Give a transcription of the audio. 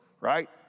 right